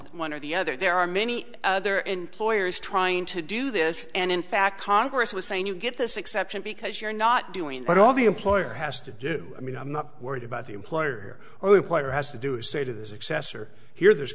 one or the other there are many other employers trying to do this and in fact congress was saying you get this exception because you're not doing what all the employer has to do i mean i'm not worried about the employer or employer has to do is say to the successor here there's